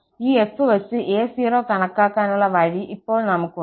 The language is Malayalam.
ഈ f വച്ചു a0 കണക്കാക്കാനുള്ള വഴി ഇപ്പോൾ നമുക്കുണ്ട്